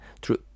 true